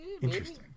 Interesting